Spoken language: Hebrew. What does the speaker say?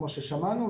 כמו ששמענו,